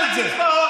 אתה רוצה שנדבר למה?